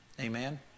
Amen